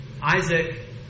Isaac